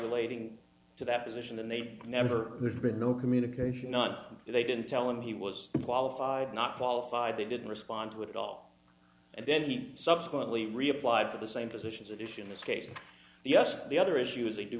relating to that position and they never there's been no communication not that they didn't tell him he was qualified not qualified they didn't respond to it at all and then he subsequently reapply for the same positions that issue in this case in the us the other issues a